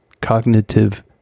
cognitive